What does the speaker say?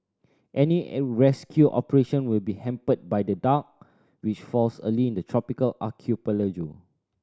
any rescue operation will be hampered by the dark which falls early in the tropical archipelago